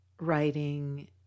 writing